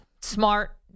Smart